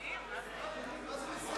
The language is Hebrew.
דבר כזה, הוא כבר הסיר.